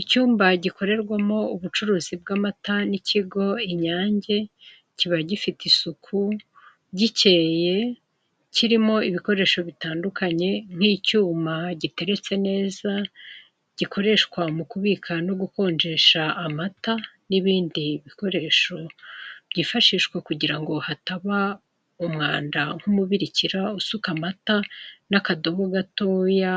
Icyumba gikorerwamo ubucuruzi bw'amata n'ikigo inyange, kiba gifite isuku, gikeye, kirimo ibikoresho bitandukanye nk'icyuma giteretse neza gikoreshwa mu kubika no gukonjesha amata n'ibindi bikoresho byifashishwa kugira ngo hataba umwanda nk'umubirikira usuka amata n'akadobo gatoya